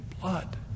blood